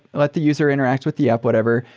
let the user interact with the app, whatever,